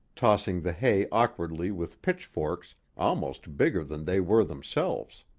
tossing the hay awkwardly with pitchforks almost bigger than they were themselves.